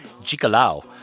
Jikalau